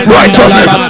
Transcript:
righteousness